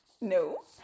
no